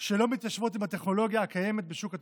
שלא מתיישבות עם הטכנולוגיה הקיימת בשוק התקשורת,